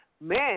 Man